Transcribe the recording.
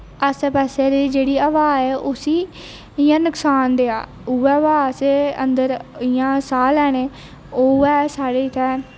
आस्सै पास्सै दी जेह्ड़ी हवा ऐ उसी इ'यां नकसान देयै उ'ऐ हवा असें अन्दर इ'यां साह् लैने उ'ऐ साढ़ी इत्थें